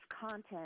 content